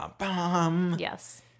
Yes